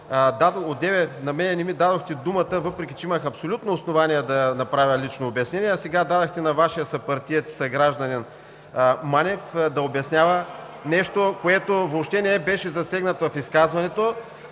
е, че одеве не ми дадохте думата, въпреки че имах абсолютно основание да направя лично обяснение, а дадохте думата на Вашия съпартиец и съгражданин Манев да обяснява нещо, с което въобще не беше засегнат в изказването.